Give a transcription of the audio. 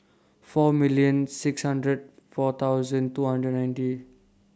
four million six hundred four thousand two hundred ninety